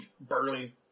burly